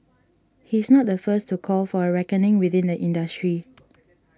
he's not the first to call for a reckoning within the industry